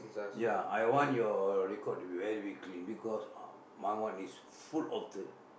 ya I want your record to be very be clean because my one is full of dirt